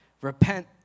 repent